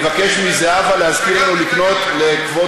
אני אבקש מזהבה להזכיר לנו לקנות לכבוד